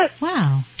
Wow